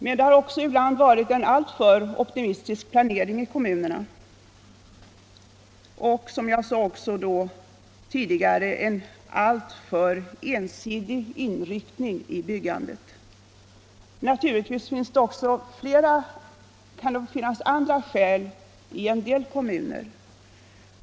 Men det har också ibland varit en alltför optimistisk planering i kommunerna. Som jag tidigare sade har det även varit en alltför ensidig inriktning av byggandet. Givetvis kan det finnas andra skäl i en del kommuner.